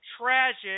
tragic